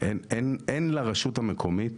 אין לרשות המקומית